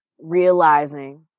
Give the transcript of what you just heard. realizing